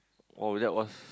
oh that was